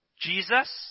Jesus